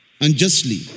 unjustly